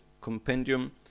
compendium